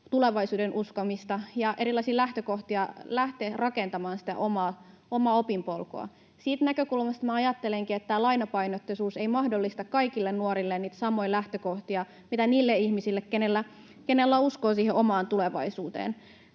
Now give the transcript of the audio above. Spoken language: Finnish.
tulevaisuudenuskoa ja erilaisia lähtökohtia lähteä rakentamaan sitä omaa opinpolkuaan. Siitä näkökulmasta minä ajattelenkin, että tämä lainapainotteisuus ei mahdollista kaikille nuorille niitä samoja lähtökohtia kuin niille ihmisille, keillä on uskoa siihen omaan tulevaisuuteen.